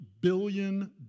billion